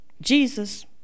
Jesus